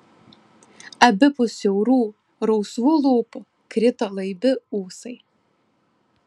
abipus siaurų rausvų lūpų krito laibi ūsai